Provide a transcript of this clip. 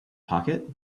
pocket